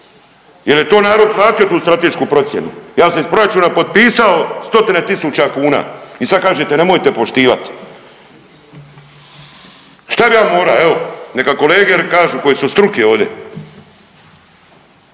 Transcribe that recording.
jel je to narod platio tu stratešku procjenu. Ja sam iz proračuna potpisao stotine tisuća kuna i sad kažete nemojte poštivati. Šta bi ja morao evo neka kolege kažu koji su struke ovdje?